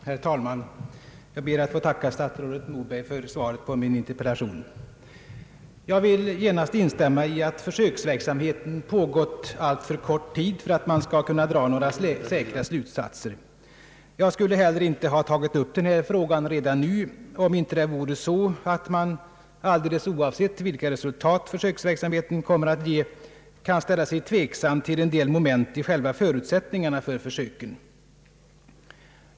Herr talman! Jag ber att få tacka statsrådet Moberg för svaret på min interpellation. Jag vill genast instämma i att försöksverksamheten har pågått alltför kort tid för att man skall kunna dra några säkra slutsatser. Jag skulle heller inte ha tagit upp denna fråga redan nu, om det inte vore så att man — alldeles oavsett vilka resultat försöks verksamheten kommer att ge — kan ställa sig tveksam till en del moment i själva förutsättningarna för försöken.